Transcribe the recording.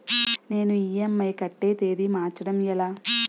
నేను ఇ.ఎం.ఐ కట్టే తేదీ మార్చడం ఎలా?